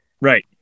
right